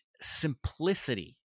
simplicity